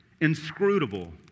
inscrutable